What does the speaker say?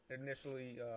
initially